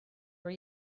were